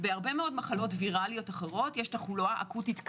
בהרבה מאוד מחלות ויראליות אחרות יש תחלואה אקוטית קלה,